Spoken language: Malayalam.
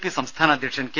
പി സംസ്ഥാന അധ്യക്ഷൻ കെ